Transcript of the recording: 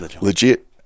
legit